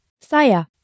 saya